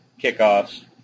kickoffs